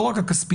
לא רק הכספיות,